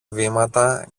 βήματα